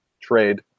trade